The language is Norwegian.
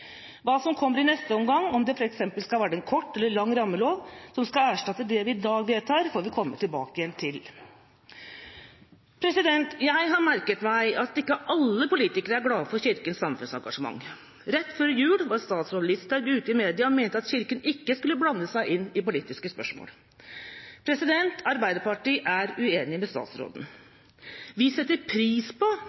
Hva som kommer i neste omgang – om det f.eks. skal være en kort eller lang rammelov som skal erstatte det vi i dag vedtar – får vi komme tilbake igjen til. Jeg har merket meg at ikke alle politikere er glad for Kirkens samfunnsengasjement. Rett før jul var statsråd Listhaug ute i media og mente at Kirken ikke skulle blande seg inn i politiske spørsmål. Arbeiderpartiet er uenig med statsråden. Vi setter pris på at Kirken sier fra når det er saker på